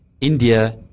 India